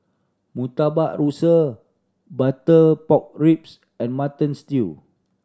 Murtabak Rusa butter pork ribs and Mutton Stew